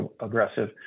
aggressive